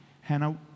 Hannah